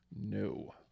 No